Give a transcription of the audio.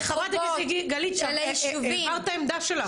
חברת הכנסת גלית, הבהרת את העמדה שלך.